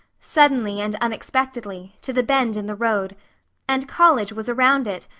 suddenly and unexpectedly. to the bend in the road and college was around it,